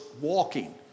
walking